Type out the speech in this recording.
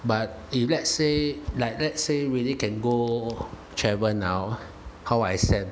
but if let's say if like let's say really can go travel now how I send